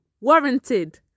Warranted